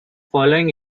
following